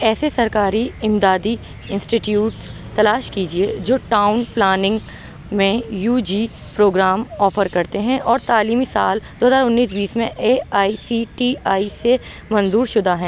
ایسے سرکاری امدادی انسٹیٹیوٹس تلاش کیجیے جو ٹاؤن پلاننگ میں یو جی پروگرام آفر کرتے ہیں اور تعلیمی سال دو ہزار انیس بیس میں A I C T E سے منظور شدہ ہیں